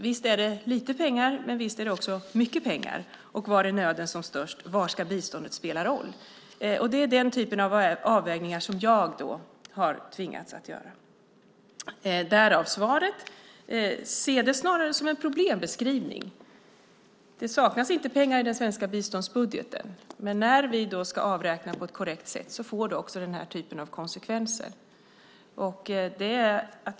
Visst är det lite pengar, men visst är det också mycket pengar. Var är nöden som störst? Var ska biståndet spela roll? Det är den typen av avvägningar som jag har tvingats att göra - därav svaret. Se det snarare som en problembeskrivning! Det saknas inte pengar i den svenska biståndsbudgeten. Men när vi ska avräkna på ett korrekt sätt får det också den här typen av konsekvenser.